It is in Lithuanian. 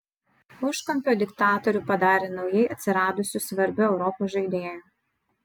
užkampio diktatorių padarė naujai atsiradusiu svarbiu europos žaidėju